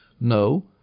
No